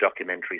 documentaries